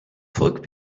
volk